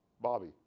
Bobby